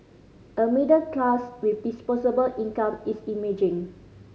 a middle class with disposable income is emerging